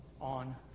on